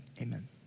amen